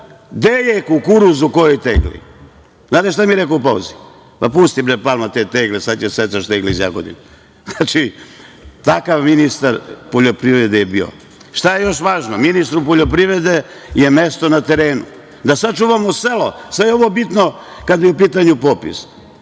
gde je kukuruz u kojoj tegli? Znate šta mi je rekao u pauzi? Pusti, bre, Palma te tegle sad ćeš da nosiš tegle iz Jagodine. Takav ministar poljoprivrede je bio. Šta je još važno? Ministru poljoprivrede je mesto na terenu, da sačuvamo selo. Sve je ovo bitno kada je u pitanju popis.